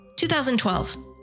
2012